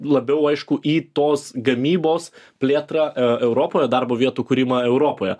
labiau aišku į tos gamybos plėtrą e europoje darbo vietų kūrimą europoje